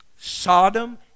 Sodom